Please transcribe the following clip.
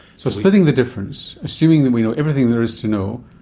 so splitting the difference, assuming that we know everything there is to know,